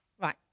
Right